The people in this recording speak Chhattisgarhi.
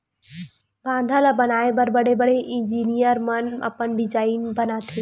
बांधा ल बनाए बर बड़े बड़े इजीनियर मन अपन डिजईन बनाथे